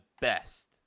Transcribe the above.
best